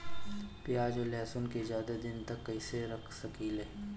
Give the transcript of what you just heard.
प्याज और लहसुन के ज्यादा दिन तक कइसे रख सकिले?